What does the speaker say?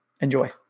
Enjoy